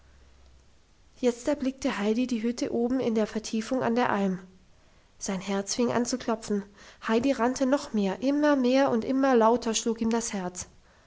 jetzt erblickte heidi die hütte oben in der vertiefung an der alm sein herz fing an zu klopfen heidi rannte noch mehr immer mehr und immer lauter schlug ihm das herz